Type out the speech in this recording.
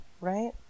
right